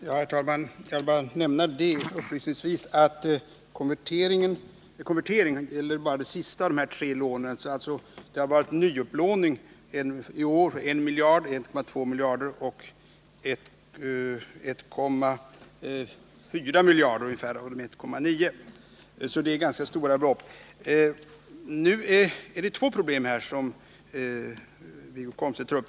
Herr talman! Jag vill bara upplysningsvis nämna att konverteringen gäller enbart det sista av de här tre lånen, så det har varit nyupplåning med 1 miljard, 1,2 miljarder och slutligen 1,4 miljarder av de 1,9 miljarderna. Det är alltså ganska stora belopp. Det är två problem som Wiggo Komstedt tar upp.